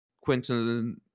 quinton